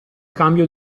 cambio